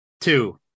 Two